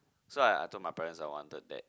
so I I told my parents I wanted that